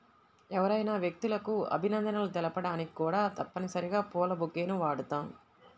ఎవరైనా వ్యక్తులకు అభినందనలు తెలపడానికి కూడా తప్పనిసరిగా పూల బొకేని వాడుతాం